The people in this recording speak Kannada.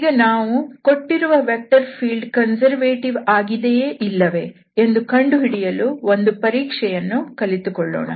ಈಗ ನಾವು ಕೊಟ್ಟಿರುವ ವೆಕ್ಟರ್ ಫೀಲ್ಡ್ ಕನ್ಸರ್ವೇಟಿವ್ ಆಗಿದೆಯೇ ಇಲ್ಲವೇ ಎಂದು ಕಂಡುಹಿಡಿಯಲು ಒಂದು ಪರೀಕ್ಷೆಯನ್ನು ಕಲಿಯೋಣ